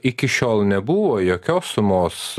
iki šiol nebuvo jokios sumos